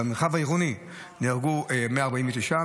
במרחב העירוני נהרגו 149,